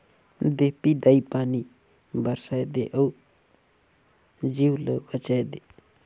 देपी दाई पानी बरसाए दे अउ जीव ल बचाए दे